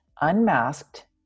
unmasked